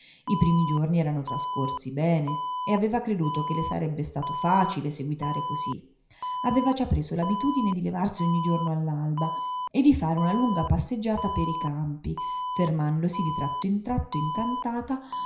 i primi giorni eran trascorsi bene e aveva creduto che le sarebbe stato facile seguitare così aveva già preso l'abitudine di levarsi ogni giorno all'alba e di fare una lunga passeggiata per i campi fermandosi di tratto in tratto incantata